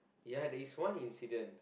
ya there is one incident